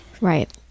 Right